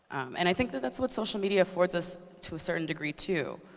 and i think that that's what social media affords us, to a certain degree, too.